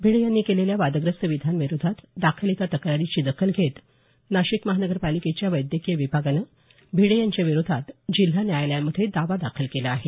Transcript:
भिडे यांनी केलेल्या वादग्रस्त विधानाविरोधात दाखल एका तक्रारीची दखल घेत नाशिक महानगरपालिकेच्या वैद्यकीय विभागानं भिडे यांच्याविरोधात जिल्हा न्यायालयामध्ये दावा दाखल केला आहे